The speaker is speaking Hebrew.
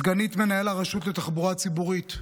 סגנית מנהל הרשות לתחבורה ציבורית התפטרה,